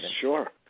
sure